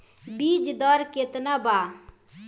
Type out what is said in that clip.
बीज दर केतना बा?